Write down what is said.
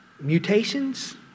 mutations